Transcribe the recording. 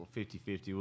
50-50